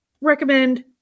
recommend